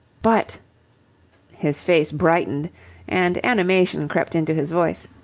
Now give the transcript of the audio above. but his face brightened and animation crept into his voice.